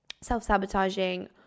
self-sabotaging